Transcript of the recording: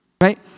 right